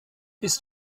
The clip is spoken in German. ist